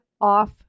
off